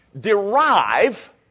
derive